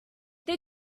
they